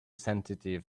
sensitive